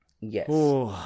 Yes